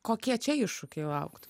kokie čia iššūkiai lauktų